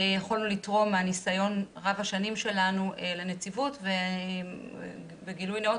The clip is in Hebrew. יכולנו לתרום מהניסיון רב השנים שלנו לנציבות ובגילוי נאות,